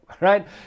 right